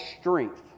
strength